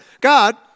God